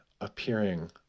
appearing